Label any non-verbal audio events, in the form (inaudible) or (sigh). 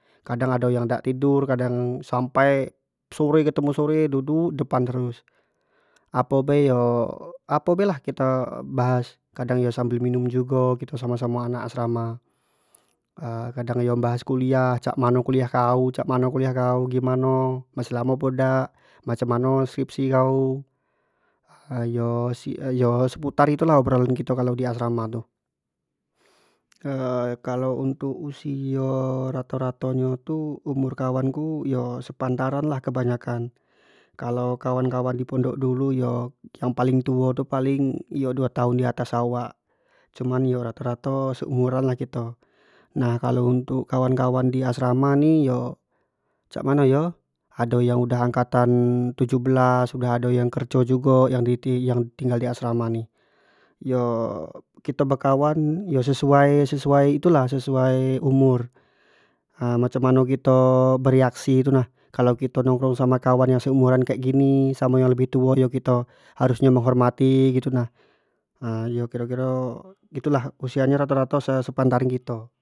Kadang ado yang dak tidur kadang sampai sore ketemu sore duduk depan terus, apo be yo apo lah yang kito bahas kadang yo sambal minum jugo kito samo- samo anak asrama (hesitation) kadang yo membahas kuliah cak mano kuliah kau-cak mano kuliah kau gimano masih lamo apo ndak, macam mano skripsi kau yo se- seputar itu lah obrolan kito di asrama tu (hesitation) kalau untuk usio rato- rato nyo tu umur kawan ku yo sepantaran lah kebanyakan, kalau kawan- kawan yang di pondok dulu yo yang paling tu paling duo tahun di atas awak, cuman yo rato- rato seumuran lah kito, nah kalo untuk kawan- kawan di asrama ni yo cak mano yo, ado yang udah angkatan tujuh belas ado yang udah kerjo jugo yang tinggal di asrama ni (hesitation) kito bekawan yo sesuai- sesuai itu lah sesuai umur, yo macam mano kito bereaksi gitu nah kalau kito nongkrong samo kawan seumuran kek gini samo yang lebih tuo kito harusnyo menghormati gitu nah, (hesitation) kiro- kiro gitu lah usia rato- rato sepantaran kito.